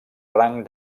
rang